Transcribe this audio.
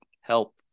help